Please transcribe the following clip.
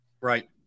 Right